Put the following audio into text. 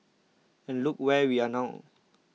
and look where we are now